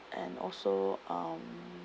and also um